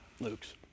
Luke's